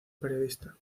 periodista